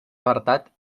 apartat